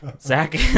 Zach